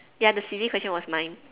ya the silly question was mine